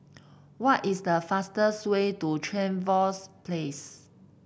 what is the fastest way to Trevose Place